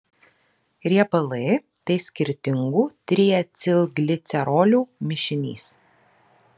riebalai tai skirtingų triacilglicerolių mišinys